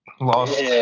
Lost